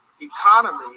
economy